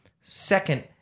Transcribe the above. Second